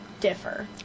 differ